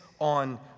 on